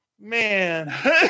man